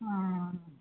हँ